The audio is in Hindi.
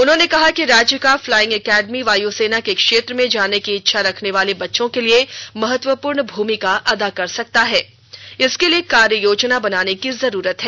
उन्होंने कहा कि राज्य का फ्लाइंग एकेडमी वायु सेना के क्षेत्र में जाने की इच्छा रखने वाले बच्चों के लिए महत्वपूर्ण भूमिका अदा कर सकता है इसके लिए एक कार्य योजना बनाने की जरूरत है